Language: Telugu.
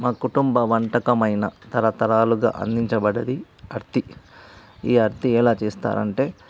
మా కుటుంబ వంటకమైన తరతరాలుగా అందించబడింది అర్తి ఈ అర్తి ఎలా చేస్తారు అంటే